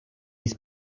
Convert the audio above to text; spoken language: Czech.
bys